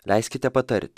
leiskite patart